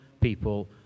people